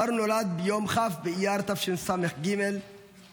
מארו נולד ביום כ' באייר תשס"ג באתיופיה,